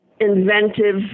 inventive